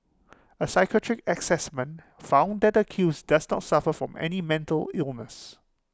A psychiatric Assessment found that the accused does not suffer from any mental illness